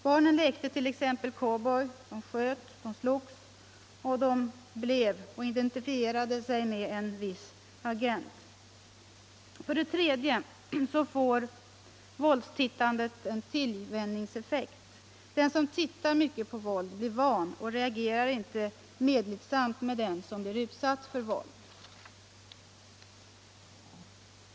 Barnen lekte t.ex. cowboy, sköt och slogs eller identifierade sig med en viss agent. 3. Så får våldstittandet en tillvänjningseffekt: den som tittar mycket på våld blir van och reagerar inte medlidsamt mot den som blir utsatt för våld.